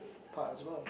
part as well